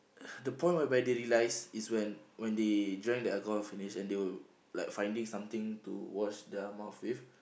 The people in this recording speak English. the point whereby they realize is when when they drank the alcohol finish and they were like finding something to wash their mouth with